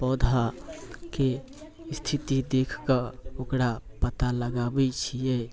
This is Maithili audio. पौधाके स्थिति देख कऽ ओकरा पता लगाबैत छियै